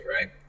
right